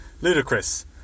ludicrous